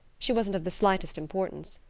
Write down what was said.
she wasn't of the slightest importance.